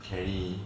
kenny